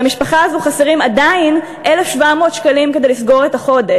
ולמשפחה הזאת חסרים עדיין 1,700 שקלים כדי לסגור את החודש.